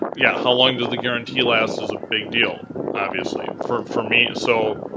yeah how long does the guarantee last is a big deal, obviously, for for me, so.